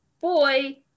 boy